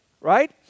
Right